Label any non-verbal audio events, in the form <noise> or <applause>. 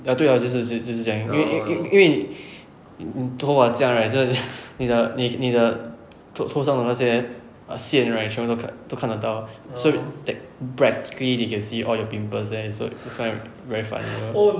ya 对啦就是就是这样因因因为你你头发这样 right <laughs> 就是 <laughs> 你的你你的头头上的那些 err 线 right 都看都看得到所以 tech~ practically they can see all your pimple there so that's why very funny